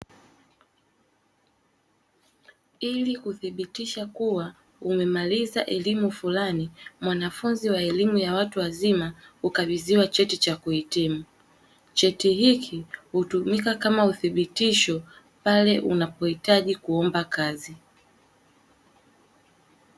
Ili kuthibitisha kuwa umemaliza elimu fulani mwanafunzi wa elimu ya watu wazima hukabidhiwa cheti cha kuhitimu. Cheti hiki hutumika kama uthibitisho pale unapohitaji kuomba kazi.